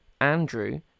Andrew